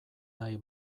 nahi